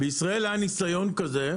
בישראל היה ניסיון כזה.